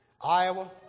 Iowa